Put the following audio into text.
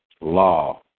law